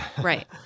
Right